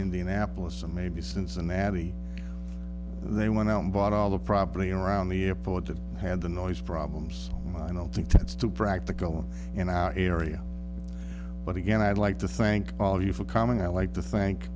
indianapolis and maybe cincinnati they went out and bought all the property in around the airport to have the noise problems i don't think that's too practical in our area but again i'd like to thank all of you for coming i like to thank